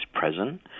present